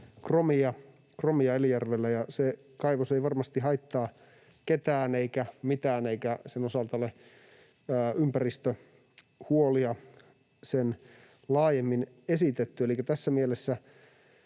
kromia, ja se kaivos ei varmasti haittaa ketään eikä mitään eikä sen osalta ole ympäristöhuolia sen laajemmin esitetty.